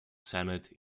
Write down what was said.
senate